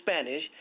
spanish